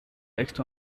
text